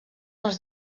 els